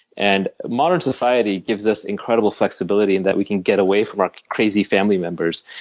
and modern society gives us incredible flexibility in that we can get away from our crazy family members,